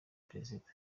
perezida